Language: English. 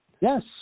Yes